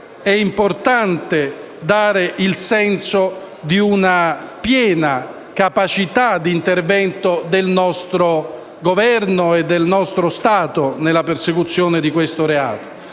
è importante dare il senso di una piena capacità di intervento del nostro Governo e del nostro Stato nel perseguire questo reato.